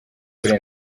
kuri